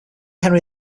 henry